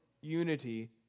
unity